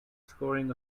scoring